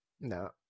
no